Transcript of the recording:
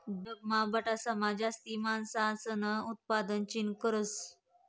जगमा बठासमा जास्ती मासासनं उतपादन चीन करस